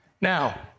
Now